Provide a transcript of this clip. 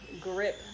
grip